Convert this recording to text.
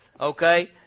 Okay